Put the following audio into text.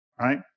right